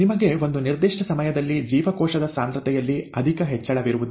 ನಿಮಗೆ ಒಂದು ನಿರ್ದಿಷ್ಟ ಸಮಯದಲ್ಲಿ ಜೀವಕೋಶದ ಸಾಂದ್ರತೆಯಲ್ಲಿ ಅಧಿಕ ಹೆಚ್ಚಳವಿರುವುದಿಲ್ಲ